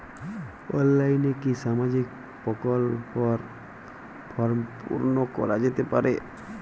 অনলাইনে কি সামাজিক প্রকল্পর ফর্ম পূর্ন করা যেতে পারে?